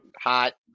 Hot